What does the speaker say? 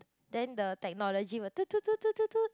then the technology will